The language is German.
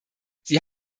sie